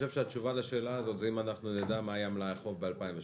התשובה לשאלה הזאת היא אם נדע מה היה מלאי החוב ב-2018.